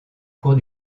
cours